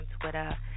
Twitter